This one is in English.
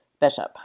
Bishop